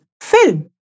film